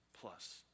plus